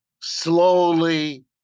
slowly